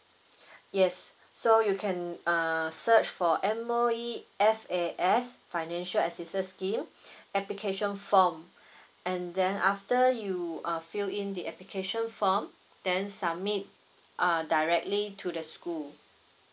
yes so you can err search for M_O_E F_A_S financial assistance scheme application form and then after you uh fill in the application form then submit uh directly to the school